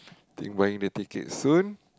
think buying the ticket soon